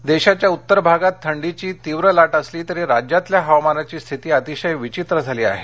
हवामान देशाच्या उत्तर भागात थंडीची तीव्र ला असली तरी राज्यातल्या हवामानाची स्थिती अतिशय विचित्र झाली आहे